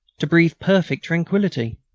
to breathe perfect tranquillity.